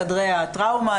בחדרי הטראומה,